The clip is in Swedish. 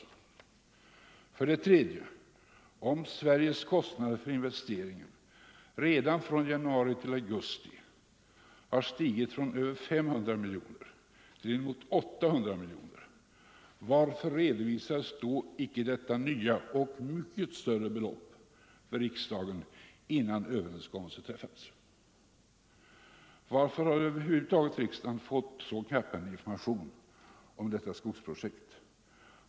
3. Om Sveriges kostnader för investeringen redan från januari till augusti hade stigit från över 500 miljoner kronor till inemot 800 miljoner kronor, varför redovisades då icke detta nya och mycket större belopp för riksdagen innan överenskommelse träffades? Varför har över huvud taget riksdagen fått så knapphändig information om detta skogsprojekt?